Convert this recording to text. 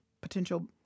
potential